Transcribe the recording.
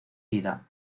vida